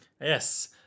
Yes